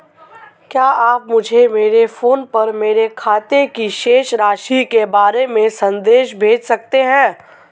क्या आप मुझे मेरे फ़ोन पर मेरे खाते की शेष राशि के बारे में संदेश भेज सकते हैं?